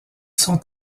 sont